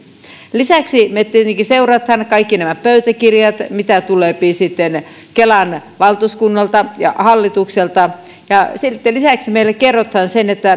lisäksi me tietenkin seuraamme kaikkia näitä pöytäkirjoja mitä tulee kelan valtuuskunnalta ja hallitukselta lisäksi meille kerrotaan